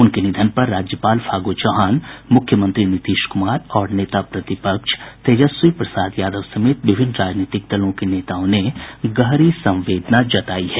उनके निधन पर राज्यपाल फागू चौहान मुख्यमंत्री नीतीश कुमार और नेता प्रतिपक्ष तेजस्वी प्रसाद यादव समेत विभिन्न राजनीतिक दलों के नेताओं ने गहरी संवेदना जतायी है